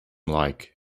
like